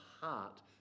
heart